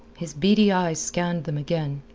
his beady eyes scanned them again,